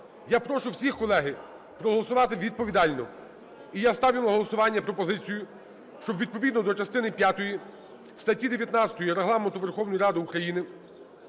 Я прошу всіх, колеги, проголосувати відповідально. І я ставлю на голосування пропозицію, щоб відповідно до частини п'ятої статті 19 Регламенту Верховної Ради України